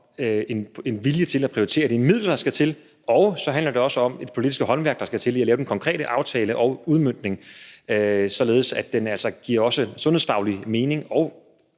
en vilje til at prioritere de midler, der skal til, og så handler det også om det politiske håndværk, der skal til, for at lave den konkrete aftale og udmøntning, således at den altså også giver sundhedsfaglig mening og